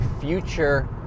future